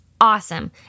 awesome